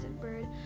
Bird